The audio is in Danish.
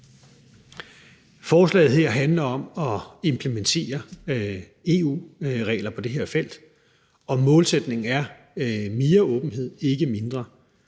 Forslaget her handler om at implementere EU-regler på det her felt, og målsætningen er mere åbenhed, ikke mindre.